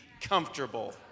comfortable